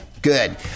Good